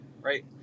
right